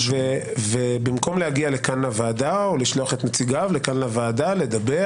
ובמקום להגיע לפה לוועדה או לשלוח נציגיו לוועדה לדבר